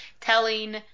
telling